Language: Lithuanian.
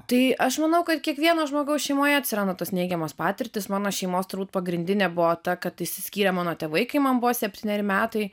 tai aš manau kad kiekvieno žmogaus šeimoje atsiranda tos neigiamos patirtys mano šeimos turbūt pagrindinė buvo ta kad išsiskyrė mano tėvai kai man buvo septyneri metai